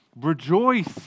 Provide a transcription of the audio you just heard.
Rejoice